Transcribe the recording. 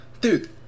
dude